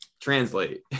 translate